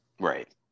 Right